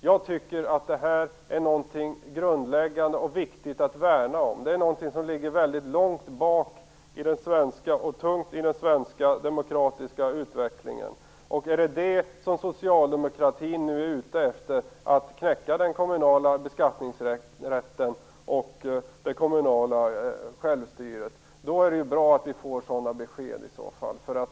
Jag tycker att detta är något grundläggande och viktigt att värna om. Det är något som är djupt förankrat i den svenska demokratiska utvecklingen. Är socialdemokratin nu ute efter att knäcka den kommunala beskattningsrätten och det kommunala självstyret? Då är det bra att vi får sådana besked.